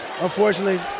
Unfortunately